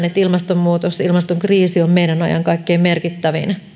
että ilmastonmuutos ilmaston kriisi on meidän ajan kaikkein merkittävin